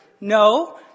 No